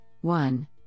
one